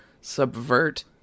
subvert